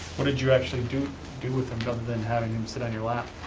what did you actually do do with him, other than having him sit on your lap?